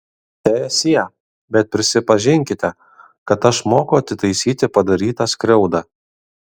teesie bet prisipažinkite kad aš moku atitaisyti padarytą skriaudą